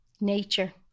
nature